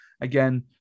Again